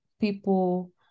people